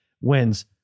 wins